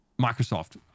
Microsoft